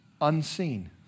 Unseen